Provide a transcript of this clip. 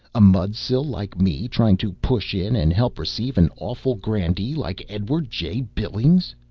a mudsill like me trying to push in and help receive an awful grandee like edward j. billings?